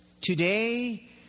Today